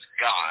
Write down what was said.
God